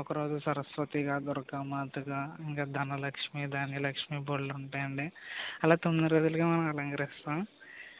ఒకరోజు సరస్వతిగా దుర్గామాతగా ఇంకా ధనలక్ష్మి ధాన్యలక్ష్మి బోలెడు ఉంటాయండీ ఆలా తొమ్మిది రోజులుగా మనం అలకరిస్తాము